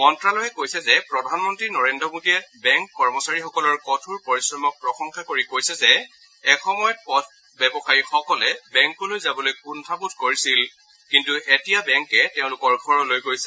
মন্ত্যালয়ে কৈছে যে প্ৰধানমন্ত্ৰী নৰেন্দ্ৰ মোদীয়ে বেংক কৰ্মচাৰীসকলৰ কঠোৰ পৰিশ্ৰমক প্ৰশংসা কৰি কৈছে যে এসময়ত পথ ব্যৱসায়ীসকলে বেংকলৈ যাবলৈ কুষ্ঠাবোধ কৰিছিল কিন্তু এতিয়া বেংকে তেওঁলোকৰ ঘৰলৈ গৈছে